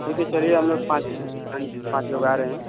ठीक है चलिए हम लोग पाँच पाँच लोग आ रहे हैं